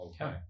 okay